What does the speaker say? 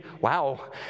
Wow